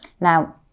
Now